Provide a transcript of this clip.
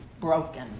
broken